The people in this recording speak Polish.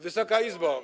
Wysoka Izbo!